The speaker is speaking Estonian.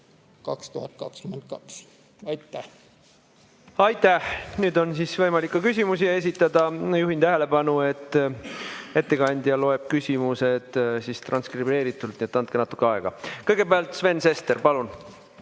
2022. Aitäh! Aitäh! Nüüd on võimalik küsimusi esitada. Juhin tähelepanu, et ettekandja loeb küsimusi transkribeeritult, nii et andke natuke aega. Kõigepealt Sven Sester. Palun!